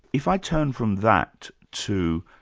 if i turn from that to